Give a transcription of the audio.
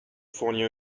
fournit